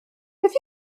beth